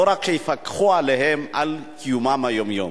לא רק שיפקחו עליהם, על קיומם היומיומי.